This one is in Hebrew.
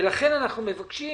ולכן, אנחנו מבקשים